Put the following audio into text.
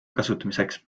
kasutamiseks